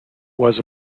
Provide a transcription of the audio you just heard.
was